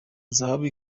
zahabu